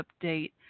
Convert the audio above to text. update